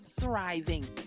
thriving